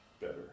better